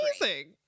amazing